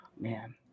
man